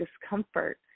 discomfort